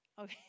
Okay